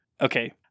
Okay